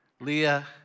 Leah